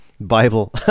Bible